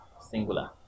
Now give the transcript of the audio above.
singular